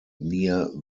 near